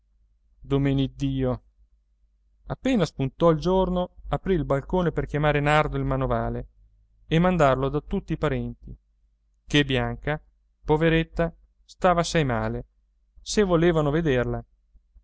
notte domeneddio appena spuntò il giorno aprì il balcone per chiamare nardo il manovale e mandarlo da tutti i parenti chè bianca poveretta stava assai male se volevano vederla